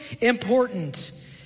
important